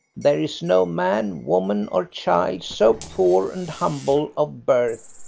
there is no man, woman, or child so poor and humble of birth,